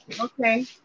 Okay